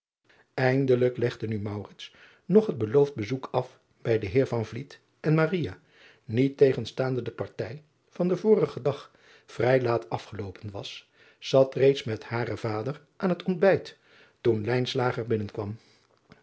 indelijk legde nu nog het beloofd bezoek af bij den eer en niet tegenstaande de partij van den vorigen dag vrij laat afgeloopen was zat reeds met haren vader aan het ontbijt toen